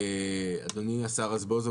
אדוני השר רזבוזוב,